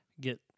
get